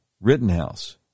Rittenhouse